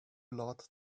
lot